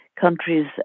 countries